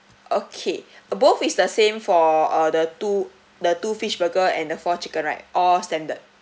okay uh both is the same for uh the two the two fish burger and the four chicken right all standard